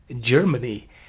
Germany